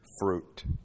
fruit